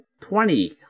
Twenty